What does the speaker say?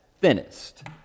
thinnest